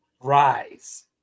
rise